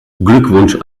glückwunsch